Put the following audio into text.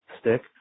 stick